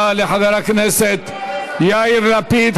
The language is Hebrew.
תודה לחבר הכנסת יאיר לפיד.